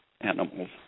animals